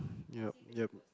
yeap yeap